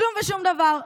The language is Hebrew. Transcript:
כלום ושום דבר,